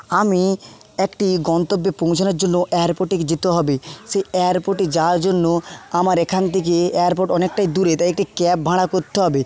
আমি একটি গন্তব্যে পৌঁছানোর জন্য এয়ারপোর্টে যেতে হবে সেই এয়ারপোর্টে যাওয়ার জন্য আমার এখান থেকে এয়ারপোর্ট অনেকটাই দূরে তাই একটি ক্যাব ভাড়া করতে হবে